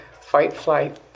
fight-flight